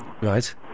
Right